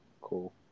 cool